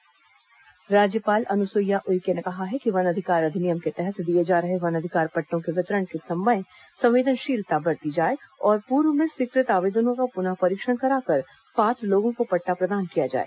राज्यपाल वन अधिकार पट्टा राज्यपाल अनुसुईया उइके ने कहा है कि वन अधिकार अधिनियम के तहत दिए जा रहे वन अधिकार पट्टों के वितरण के समय संवेदनशीलता बरती जाए और पूर्व में स्वीकृत आवेदनों का पुनः परीक्षण कराकर पात्र लोगों को पट्टा प्रदान किया जाए